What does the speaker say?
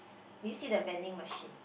do you see the vending machine